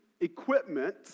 equipment